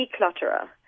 declutterer